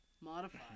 Modify